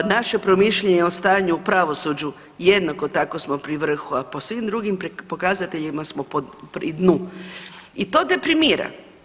Naše promišljanje o stanju u pravosuđu jednako tako smo pri vrhu, a po svim drugim pokazateljima smo pri dnu i to deprimira.